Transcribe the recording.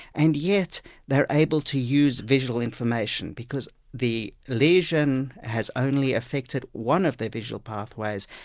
and yet they're able to use visual information, because the lesion has only affected one of their visual pathways,